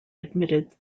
admitted